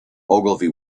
ogilvy